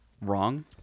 wrong